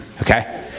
Okay